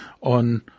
on